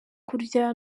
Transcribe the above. kurya